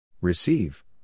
Receive